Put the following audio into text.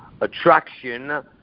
attraction